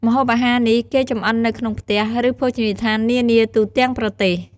ម្ហូបអាហារនេះគេចម្អិននៅក្នុងផ្ទះ ឬភោជនីយដ្ឋាននានាទូទាំងប្រទេស។